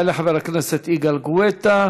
יעלה חבר הכנסת יגאל גואטה.